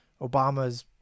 obama's